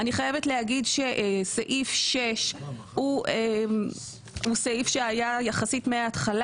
אני חייבת להגיד שסעיף 6 הוא סעיף שהיה יחסית מההתחלה,